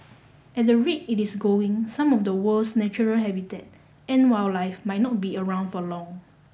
at the rate it is going some of the world's natural habitat and wildlife might not be around for long